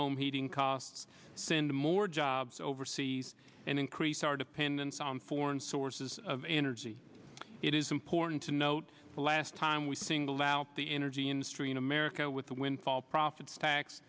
home heating costs send more jobs overseas and increase our dependence on foreign sources of energy it is important to note the last time we single out the energy industry in america with a windfall profits ta